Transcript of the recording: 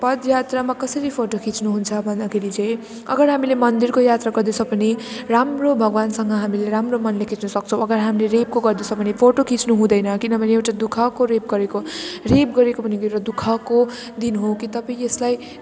पदयात्रामा कसरी फोटो खिच्नु हुन्छ भन्दाखेरि चाहिँ अगर हामीले मन्दिरको यात्रा गर्दैछौँ भने राम्रो भगवान्सँग हामीले राम्रो मनले खिच्न सक्छौँ अगर हामीले रेपको गर्दैछौँ भने फोटो खिच्नु हुँदैन किनभने एउटा दुःखको रेप गरेको रेप गरेको भनेको एउटा दुःखको दिन हो कि तपाईँ यसलाई